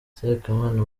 sekamana